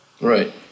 right